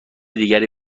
دیگری